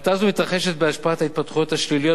האטה זו מתרחשת בהשפעת ההתפתחויות השליליות